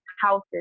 houses